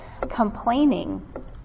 complaining